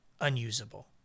unusable